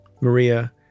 Maria